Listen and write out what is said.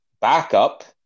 backup